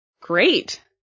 Great